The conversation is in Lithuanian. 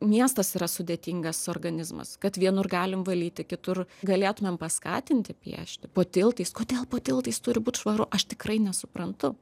miestas yra sudėtingas organizmas kad vienur galim valyti kitur galėtumėm paskatinti piešti po tiltais kodėl po tiltais turi būt švaru aš tikrai nesuprantu